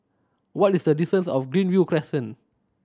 what is the distance of Greenview Crescent